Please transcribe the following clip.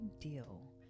deal